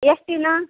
yes टीनं